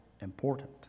important